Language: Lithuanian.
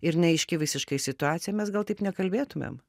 ir neaiški visiškai situacija mes gal taip nekalbėtumėm